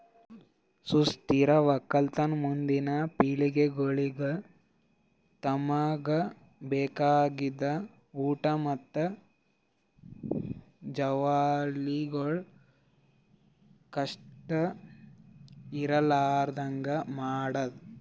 ಸುಸ್ಥಿರ ಒಕ್ಕಲತನ ಮುಂದಿನ್ ಪಿಳಿಗೆಗೊಳಿಗ್ ತಮುಗ್ ಬೇಕಾಗಿದ್ ಊಟ್ ಮತ್ತ ಜವಳಿಗೊಳ್ ಕಷ್ಟ ಇರಲಾರದಂಗ್ ಮಾಡದ್